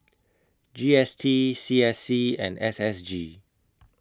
G S T C S C and S S G